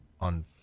on